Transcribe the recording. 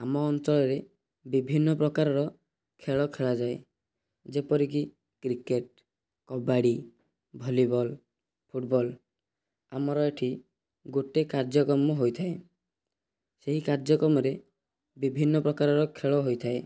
ଆମ ଅଞ୍ଚଳରେ ବିଭିନ୍ନ ପ୍ରକାରର ଖେଳ ଖେଳାଯାଏ ଯେପରି କି କ୍ରିକେଟ୍ କବାଡ଼ି ଭଲିବଲ୍ ଫୁଟବଲ୍ ଆମର ଏଠି ଗୋଟେ କାର୍ଯ୍ୟକ୍ରମ ହୋଇଥାଏ ସେହି କାର୍ଯ୍ୟକ୍ରମରେ ବିଭିନ୍ନ ପ୍ରକାରର ଖେଳ ହୋଇଥାଏ